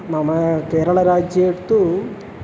मम केरळराज्ये तु